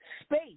space